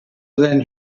than